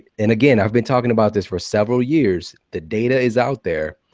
and again, i've been talking about this for several years. the data is out there.